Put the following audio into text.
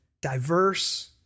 diverse